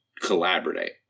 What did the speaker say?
collaborate